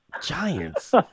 Giants